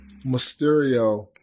Mysterio